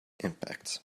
impacts